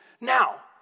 Now